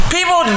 People